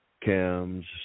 cams